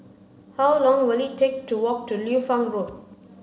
how long will it take to walk to Liu Fang Road